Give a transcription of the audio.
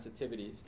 sensitivities